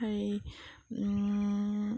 হেৰি